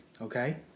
Okay